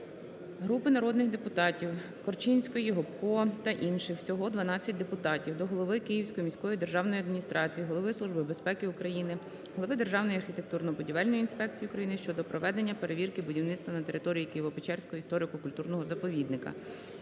Групи народних депутатів (Корчинської, Гопко та інших; всього 12 депутатів) до голови Київської міської державної адміністрації, Голови Служби безпеки України, голови Державної архітектурно-будівельної інспекції України щодо проведення перевірки будівництва на території Києво-Печерського історико-культурного заповідника.